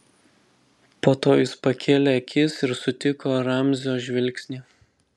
po to jis pakėlė akis ir sutiko ramzio žvilgsnį